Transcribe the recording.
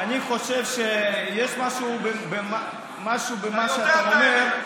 אני חושב שיש משהו במה שאתה אומר.